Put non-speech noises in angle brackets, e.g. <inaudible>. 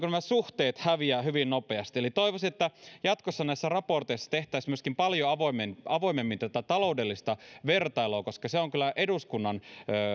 <unintelligible> nämä suhteet häviävät hyvin nopeasti eli toivoisin että jatkossa näissä raporteissa tehtäisiin myöskin paljon avoimemmin tätä taloudellista vertailua koska se on kyllä eduskunnan